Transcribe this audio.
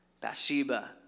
Bathsheba